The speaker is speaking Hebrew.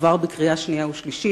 עבר בקריאה שנייה ושלישית.